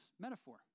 metaphor